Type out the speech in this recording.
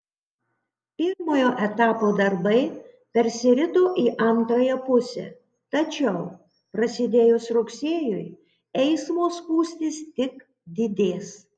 pirmojo etapo darbai persirito į antrąją pusę tačiau prasidėjus rugsėjui eismo spūstys tik didės